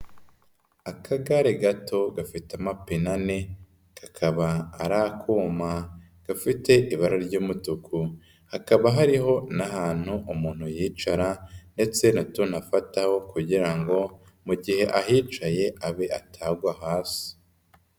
Akagare gato gafite amapine ane kakaba ari akuma gafite ibara ry'umutuku, hakaba hariho n'ahantu umuntu yicara ndetse n'utuntu afataho kugira ngo mu gihe ahicaye abe atagwa hasi.